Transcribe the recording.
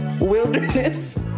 wilderness